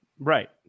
Right